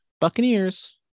Buccaneers